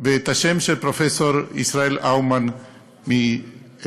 ואת השם של פרופסור ישראל אומן אצלנו.